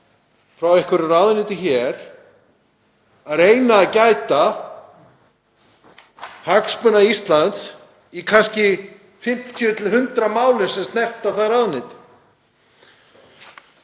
frá einhverju ráðuneyti hér að reyna að gæta hagsmuna Íslands í kannski 50–100 málum sem snerta það ráðuneyti.